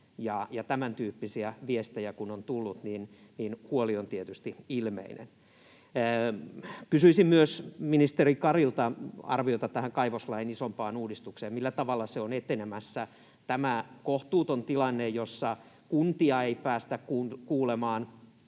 tämäntyyppisiä viestejä kun on tullut, huoli on tietysti ilmeinen. Kysyisin ministeri Karilta myös arviota tähän kaivoslain isompaan uudistukseen. Millä tavalla se on etenemässä? Tämä on kohtuuton tilanne, jossa kuntia ei päästä kuulemaan,